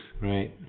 Right